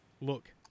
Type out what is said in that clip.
look